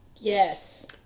Yes